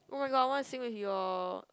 oh my god I want sing with you all